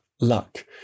luck